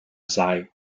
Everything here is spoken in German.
sei